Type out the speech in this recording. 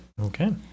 Okay